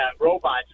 robots